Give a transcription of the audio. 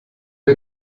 wir